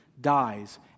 dies